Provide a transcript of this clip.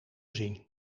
zien